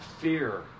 fear